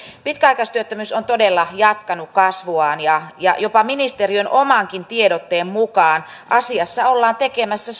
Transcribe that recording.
pitkäaikaistyöttömyys on todella jatkanut kasvuaan ja ja jopa ministeriön omankin tiedotteen mukaan asiassa ollaan tekemässä